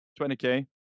20k